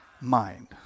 mind